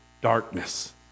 darkness